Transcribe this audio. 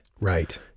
Right